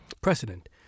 precedent